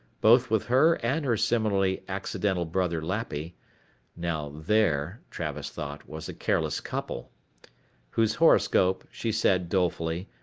both with her and her similarly accidental brother lappy now there, travis thought, was a careless couple whose horoscope, she said dolefully,